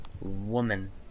Woman